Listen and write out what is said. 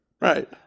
Right